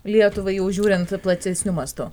lietuvai jau žiūrint platesniu mastu